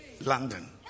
London